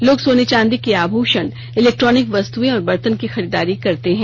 लोग सोने चांदी के आभूषण इलेक्ट्रॉनिक वस्तुएं और बर्तन की खरीदारी करते हैं